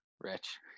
Rich